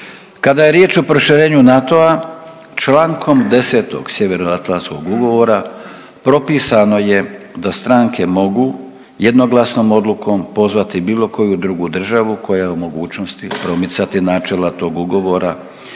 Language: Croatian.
Kada je riječ o proširenju NATO-a Člankom 10. Sjevernoatlantskog ugovora propisano je da stranke mogu jednoglasnom odlukom pozvati bilo koju drugu država koja je u mogućnosti promicati načela tog ugovora